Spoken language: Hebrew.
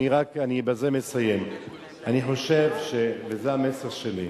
אני מסיים בזה, וזה המסר שלי,